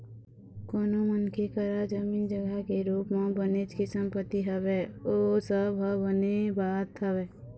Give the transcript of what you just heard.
कोनो मनखे करा जमीन जघा के रुप म बनेच के संपत्ति हवय ओ सब ह बने बात हवय